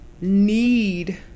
need